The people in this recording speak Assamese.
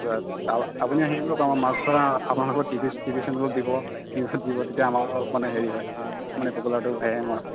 আপুনি আহিব আপোনালোকৰ টি ভি টি ভি চেনেলত দিব নিউজত দিব তেতিয়া আমাৰো মানে অলপ হেৰি হয় মানে পপুলাৰটো